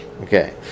Okay